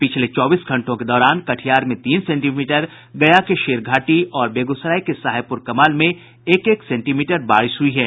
पिछले चौबीस घंटों के दौरान कटिहार में तीन सेंटीमीटर गया के शेरघाटी में और बेगूसराय के साहेबपुर कमाल में एक एक सेंटीमीटर बारिश हुई है